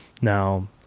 now